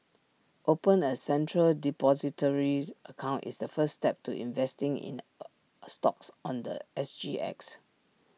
open A central Depositories account is the first step to investing in A a stocks on The S G X